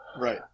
Right